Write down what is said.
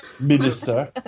Minister